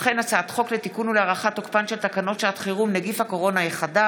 הצעת חוק לתיקון ולהארכת תוקפן של תקנות שעת חירום (נגיף הקורונה החדש)